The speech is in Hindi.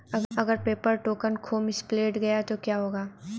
अगर पेपर टोकन खो मिसप्लेस्ड गया तो क्या होगा?